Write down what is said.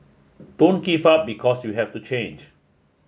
don't give up because you have to change